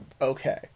Okay